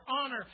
honor